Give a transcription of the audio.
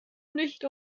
nicht